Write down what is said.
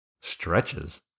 stretches